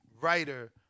writer